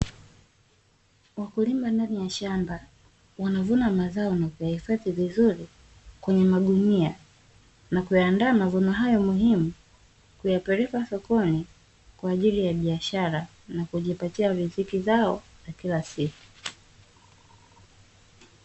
Wakulima ndani ya shamba, wanavuna mazao na kuyahifadhi vizuri kwenye magunia na kuyaandaa mavuno hayo muhimu kuyapeleka sokoni kwa ajili ya biashara na kujipatia riziki zao za kila siku.